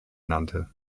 nannte